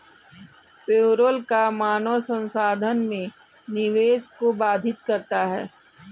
payroll कर मानव संसाधन में निवेश को बाधित करता है